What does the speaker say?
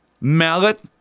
Mallet